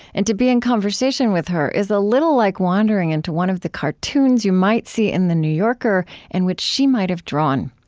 and to be in conversation with her is a little like wandering into one of the cartoons you might see in the new yorker and which she might have drawn.